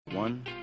One